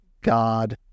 God